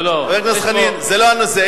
חבר הכנסת חנין, זה לא הנושא.